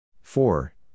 four